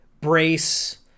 Brace